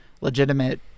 legitimate